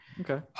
Okay